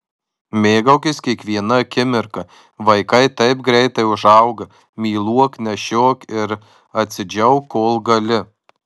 mėgaukis kiekviena akimirka vaikai taip greitai užauga myluok nešiok ir atsidžiauk kol gali